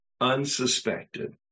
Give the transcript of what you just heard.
Unsuspected